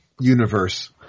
universe